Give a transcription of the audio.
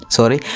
Sorry